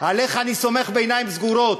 עליך אני סומך בעיניים סגורות.